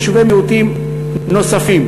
ויישובי מיעוטים נוספים.